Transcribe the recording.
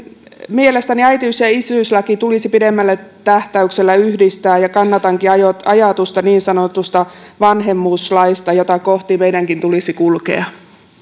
mielestäni äitiys ja isyyslaki tulisi pidemmällä tähtäyksellä yhdistää ja kannatankin ajatusta niin sanotusta vanhemmuuslaista jota kohti meidänkin tulisi kulkea